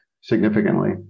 significantly